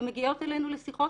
הן מגיעות אלינו לשיחות